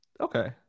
Okay